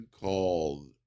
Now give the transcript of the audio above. called